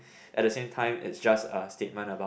at the same time it's just a statement about